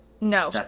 No